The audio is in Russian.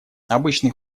обычный